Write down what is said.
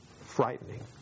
frightening